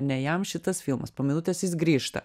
ne jam šitas filmas po minutės jis grįžta